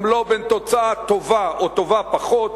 גם לא בין תוצאה טובה או טובה פחות,